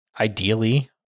Ideally